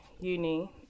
uni